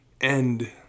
end